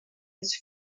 its